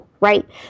right